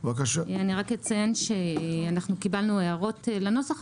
אני רק אציין שאנחנו קיבלנו הערות לנוסח,